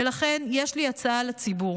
ולכן יש לי הצעה לציבור: